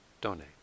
donate